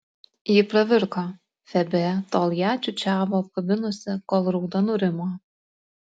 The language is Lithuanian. ji pravirko febė tol ją čiūčiavo apkabinusi kol rauda nurimo